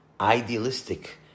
idealistic